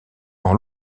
dans